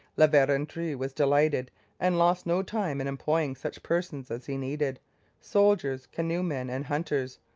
la verendrye was delighted and lost no time in employing such persons as he needed soldiers, canoe-men, and hunters.